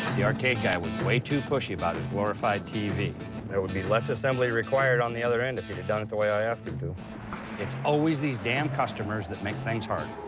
the arcade guy was way too pushy about his glorified tv there would be less assembly required on the other end if he had done it the way i asked him to it's always these damn customers that make things hard